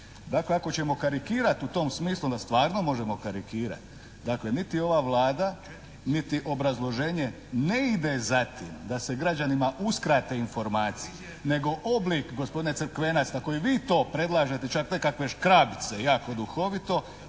Dakle ako ćemo karikirati u tom smislu onda stvarno možemo karikirati. Dakle niti ova Vlada, niti obrazloženje ne ide za tim da se građanima uskrate informacije, nego oblik gospodine Crkvenac na koji vi to predlažete čak nekakve škrabice, jako duhovito,